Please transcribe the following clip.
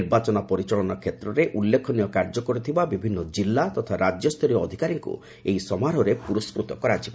ନିର୍ବାଚନ ପରିଚାଳନା କ୍ଷେତ୍ରରେ ଉଲ୍ଲେଖନୀୟ କାର୍ଯ୍ୟ କରିଥିବା ବିଭିନ୍ନ ଜିଲ୍ଲା ତଥା ରାଜ୍ୟସ୍ତରୀୟ ଅଧିକାରୀଙ୍କୁ ଏହି ସମାରୋହରେ ପୁରସ୍କୃତ ମଧ୍ୟ କରାଯିବ